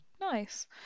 nice